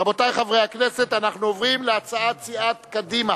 רבותי חברי הכנסת, אנחנו עוברים להצעת סיעת קדימה.